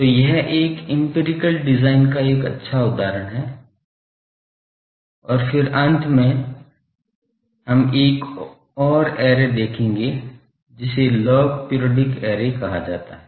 तो यह एक इम्पीरिकल डिजाइन का एक अच्छा उदाहरण है और फिर अंत में हम एक और ऐरे देखेंगे जिसे लॉग पीरिऑडिक ऐरे कहा जाता है